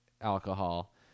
alcohol